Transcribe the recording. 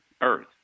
Earth